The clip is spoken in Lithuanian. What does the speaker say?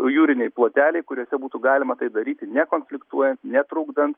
jūriniai ploteliai kuriuose būtų galima tai daryti nekonfliktuojant netrukdant